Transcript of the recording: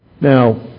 Now